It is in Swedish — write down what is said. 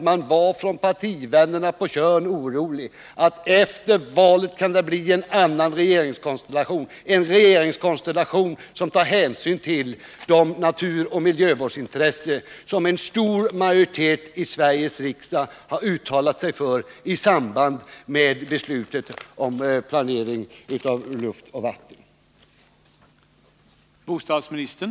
Man var bland partivännerna på Tjörn orolig över att det efter valet kunde bli en annan regeringskonstellation, en regeringskonstellation som tar hänsyn till de naturoch miljövårdsintressen som en stor majoritet i Sveriges riksdag har uttalat sig för i samband med beslutet om planering i fråga om luft och vatten.